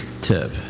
tip